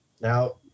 Now